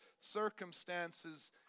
circumstances